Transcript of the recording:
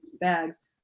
bags